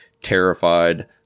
terrified